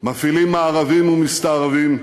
מפעילים מארבים ומסתערבים,